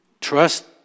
Trust